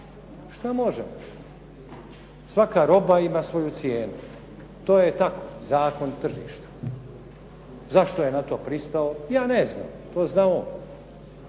Šta može? Svaka roba ima svoju cijenu, to je tako zakon tržišta. Zašto je na to pristao, ja ne znam, to zna on.